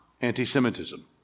anti-Semitism